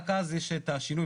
רק אז יש את השינוי,